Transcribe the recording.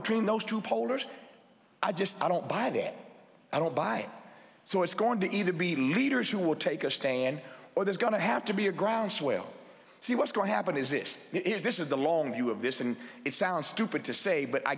between those two polders i just don't buy it i don't buy so it's going to either be leaders who will take a stand or there's going to have to be a groundswell see what's going to happen is this is this is the long view of this and it sounds stupid to say but i